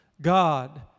God